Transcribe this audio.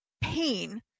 pain